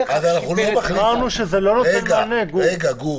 אמרנו שזה לא נותן מענה, גור.